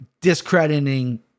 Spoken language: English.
discrediting